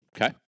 Okay